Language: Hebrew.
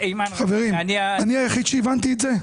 חברים, אני היחיד שהבנתי את זה?